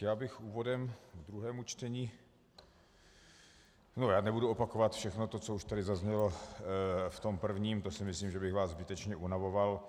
Já bych úvodem k druhému čtení já nebudu opakovat všechno to, co už tady zaznělo v tom prvním, to si myslím, že bych vás zbytečně unavoval.